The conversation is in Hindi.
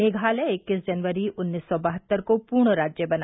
मेघालय इक्कीस जनवरी उन्नीस सौ बहत्तर को पूर्ण राज्य बना